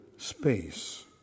space